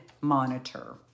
monitor